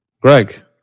Greg